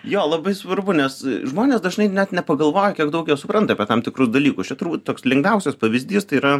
jo labai svarbu nes žmonės dažnai net nepagalvoja kiek daug jie supranta apie tam tikrus dalykus čia turbūt toks lengviausias pavyzdys tai yra